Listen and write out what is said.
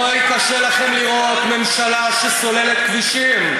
אוי, קשה לכם לראות ממשלה שסוללת כבישים,